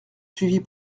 suivie